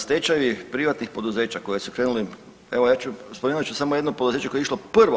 Stečaji privatnih poduzeća koji su krenuli, evo ja ću, spomenut ću samo jedno poduzeće koje je išlo prvo.